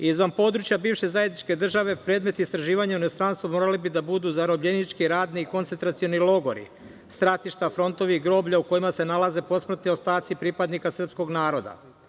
Izvan područja bivše zajedničke države predmet istraživanja u inostranstvu morali bi da budu zarobljenički, radni i koncentracioni logori, stratišta, frontovi, groblja, u kojima se nalaze posmrtni ostaci pripadnika srpskog naroda.